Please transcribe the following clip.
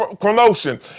promotion